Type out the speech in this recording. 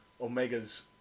Omega's